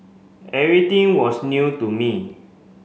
everything was new to me